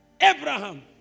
Abraham